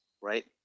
right